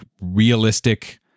realistic